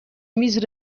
میز